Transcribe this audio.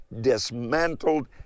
dismantled